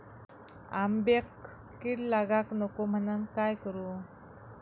आंब्यक कीड लागाक नको म्हनान काय करू?